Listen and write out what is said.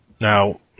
Now